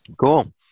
Cool